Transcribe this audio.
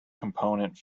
component